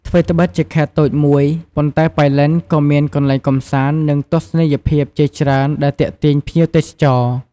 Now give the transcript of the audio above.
ថ្វីត្បិតជាខេត្តតូចមួយ ប៉ុន្តែប៉ៃលិនក៏មានកន្លែងកម្សាន្ត និងទស្សនីយភាពជាច្រើនដែលទាក់ទាញភ្ញៀវទេសចរ។